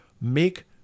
make